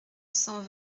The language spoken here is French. cent